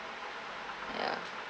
ya